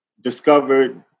discovered